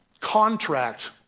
contract